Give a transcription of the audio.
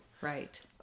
Right